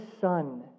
Son